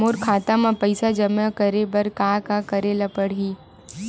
मोर खाता म पईसा जमा करे बर का का करे ल पड़हि?